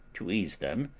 to ease them,